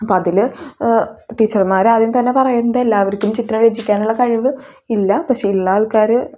അപ്പം അതിൽ ടീച്ചർമാരാദ്യം തന്നെ പറയും ഇത് എല്ലാവർക്കും ചിത്രം രചിക്കാനുള്ള കഴിവ് ഇല്ല പക്ഷെ ഉള്ള ആൾക്കാർ